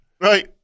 right